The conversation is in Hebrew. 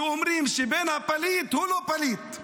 שאומרים שבן הפליט הוא לא פליט,